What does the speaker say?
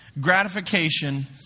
gratification